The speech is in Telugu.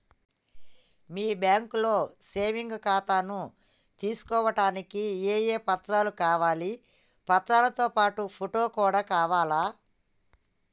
మీ బ్యాంకులో సేవింగ్ ఖాతాను తీసుకోవడానికి ఏ ఏ పత్రాలు కావాలి పత్రాలతో పాటు ఫోటో కూడా కావాలా?